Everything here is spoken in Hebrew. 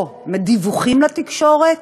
או מדיווחים לתקשורת,